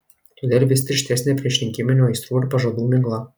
todėl vis tirštesnė priešrinkiminių aistrų ir pažadų migla